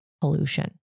pollution